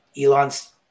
Elon's